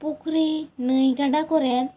ᱯᱩᱠᱷᱨᱤ ᱱᱟᱹᱭ ᱜᱟᱰᱟ ᱠᱚᱨᱮ